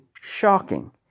shocking